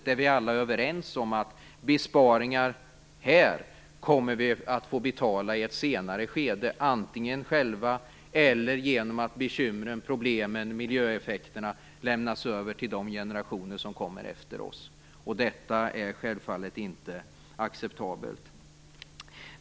Vi är alla överens om att de besparingar som görs här får vi betala i ett senare skede, antingen själva eller genom att bekymren, problemen och miljöeffekterna lämnas över till de generationer som kommer efter oss. Detta är självfallet inte acceptabelt.